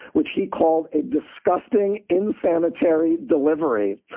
which he called a disgusting insanitary delivery.